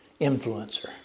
influencer